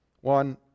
One